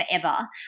forever